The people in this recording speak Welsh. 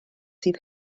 sydd